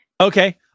okay